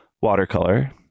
watercolor